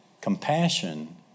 Compassion